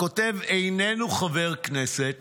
הכותב איננו חבר כנסת